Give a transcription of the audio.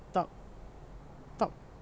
talk talk